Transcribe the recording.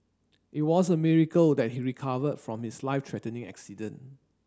it was a miracle that he recovered from his life threatening accident